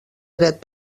dret